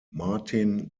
martin